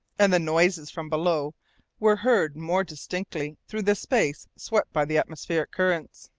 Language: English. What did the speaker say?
and the noises from below were heard more distinctly through the space swept by the atmospheric currents.